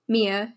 Mia